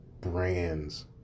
brands